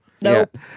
Nope